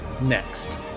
next